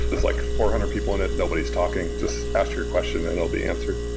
there's like four hundred people in it. nobody's talking. just ask your question and it will be answered.